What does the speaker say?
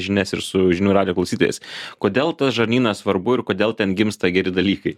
žinias ir su žinių radijo klausytojais kodėl tas žarnynas svarbu ir kodėl ten gimsta geri dalykai